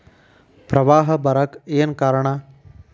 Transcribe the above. ಪ್ರವಾಹ ಬರಾಕ್ ಏನ್ ಕಾರಣ?